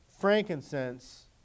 frankincense